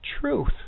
truth